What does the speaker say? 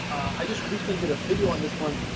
i just recently did a video on this one.